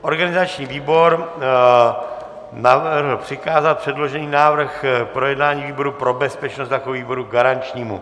Organizační výbor navrhl přikázat předložený návrh k projednání výboru pro bezpečnost jako výboru garančnímu.